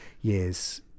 years